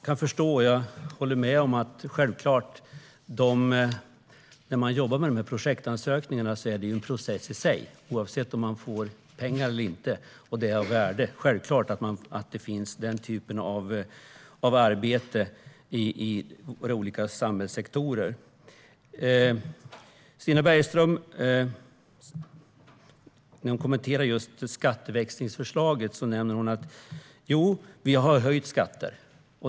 Herr talman! Jag kan förstå detta. Jobbet med dessa projektansökningar är en process i sig, oavsett om man får pengar eller inte. Det är av värde. Självklart finns den typen av arbete i våra olika samhällssektorer. När Stina Bergström kommenterar skatteväxlingsförslaget säger hon: Jo, vi har höjt skatter.